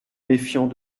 méfiant